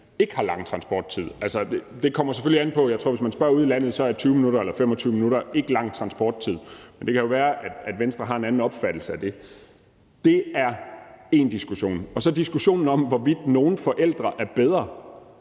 ikke har lang transporttid. Altså, hvis man spørger ude i landet, tror jeg, man vil høre, at 20 minutter eller 25 minutter ikke er lang transporttid, men det kan jo være, at Venstre har en anden opfattelse af det. Det er én diskussion. Så er der diskussionen om, hvorvidt nogle forældre er bedre.